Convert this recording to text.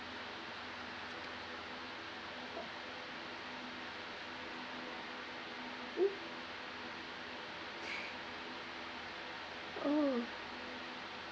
mm oh